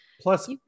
Plus